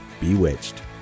Bewitched